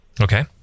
Okay